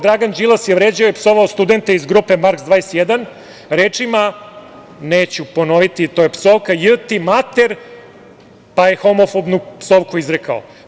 Dragan Đilas je 19. 1. vređao i psovao studente iz grupe "Marks 21" rečima, neću ponoviti, to je psovka, j.… ti mater, pa je homofobnu psovku izrekao.